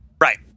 Right